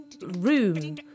room